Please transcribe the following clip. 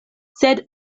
sed